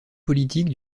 politique